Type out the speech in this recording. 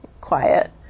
quiet